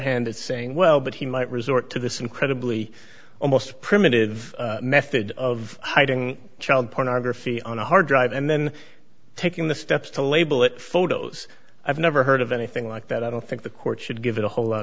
hand it's saying well but he might resort to this incredibly almost primitive method of hiding child pornography on a hard drive and then taking the steps to label it photos i've never heard of anything like that i don't think the court should give it a whole lot